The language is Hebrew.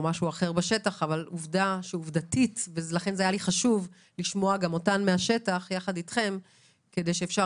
לכן היה לי חשוב לשמוע אותן מהשטח יד אתכם כדי שאפשר